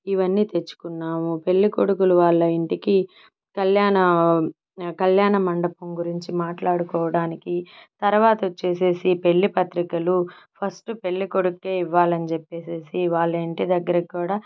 ఇవన్ని తెచ్చుకున్నాము పెళ్ళికొడుకుల వాళ్ళ ఇంటికి కళ్యాణ కళ్యాణ మండపం గురించి మాట్లాడుకోవడానికి తర్వాత వచ్చేసేసి పెళ్లి పత్రికలు ఫస్ట్ పెళ్ళికొడుకే ఇవ్వాలని చెప్పేసేసి వాళ్ళ ఇంటి దగ్గర కూడా